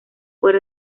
por